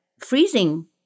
Freezing